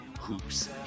Hoops